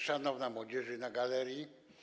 Szanowna Młodzieży na Galerii!